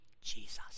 Jesus